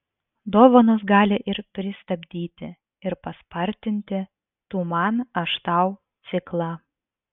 dovanos gali ir pristabdyti ir paspartinti tu man aš tau ciklą